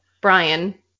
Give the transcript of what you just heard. Brian